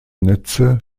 netze